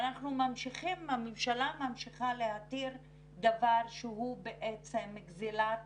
והממשלה ממשיכה להתיר דבר שהוא בעצם גזלת